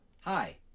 Hi